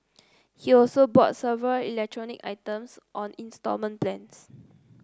he also bought several electronic items on instalment plans